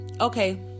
okay